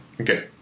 Okay